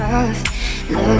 Love